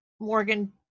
Morgan